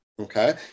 Okay